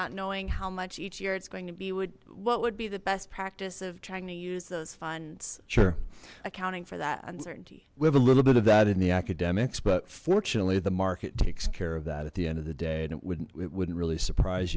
not knowing how much each year it's going to be would what would be the best practice of trying to use those funds sure accounting for that uncertainty we have a little bit of that in the academics but fortunately the market takes care of that at the end of the day and it wouldn't wouldn't really surprise